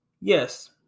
Yes